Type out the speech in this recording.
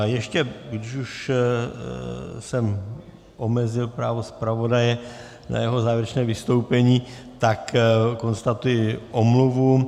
Ještě když už jsem omezil právo zpravodaje na jeho závěrečné vystoupení, tak konstatuji omluvu.